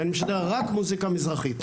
רק מוסיקה מזרחית.